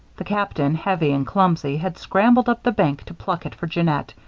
the captain, heavy and clumsy, had scrambled up the bank to pluck it for jeannette,